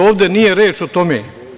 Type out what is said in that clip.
Ovde nije reč o tome.